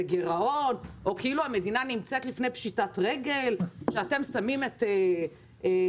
גירעון או כאילו המדינה נמצאת לפני פשיטת רגל ואתם שמים את כף